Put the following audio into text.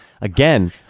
again